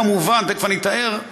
כמובן תכף אני אתאר,